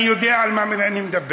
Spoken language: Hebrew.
אני יודע על מה אני מדבר.